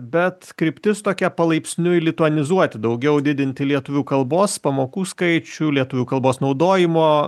bet kryptis tokia palaipsniui lituanizuoti daugiau didinti lietuvių kalbos pamokų skaičių lietuvių kalbos naudojimo